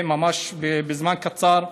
ממש בזמן קצר.